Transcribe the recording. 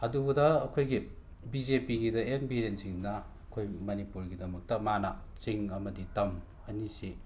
ꯑꯗꯨꯗ ꯑꯩꯈꯣꯏꯒꯤ B J ꯄꯤꯒꯤꯗ ꯑꯦꯟ ꯕꯤꯔꯦꯟ ꯁꯤꯅ ꯑꯩꯈꯣꯏ ꯃꯅꯤꯄꯨꯔꯒꯤꯗꯃꯛꯇ ꯃꯥꯅ ꯆꯤꯡ ꯑꯃꯗꯤ ꯇꯝ ꯑꯅꯤꯁꯤ